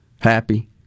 happy